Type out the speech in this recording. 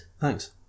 Thanks